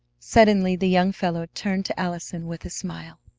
suddenly the young fellow turned to allison with a smile.